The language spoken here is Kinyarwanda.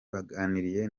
baganiriye